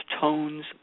Tones